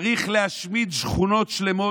צריך להשמיד שכונות שלמות,